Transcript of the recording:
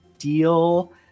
deal